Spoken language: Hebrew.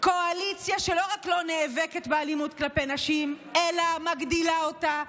קואליציה שלא רק לא נאבקת באלימות כלפי נשים אלא מגדילה אותה,